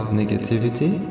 negativity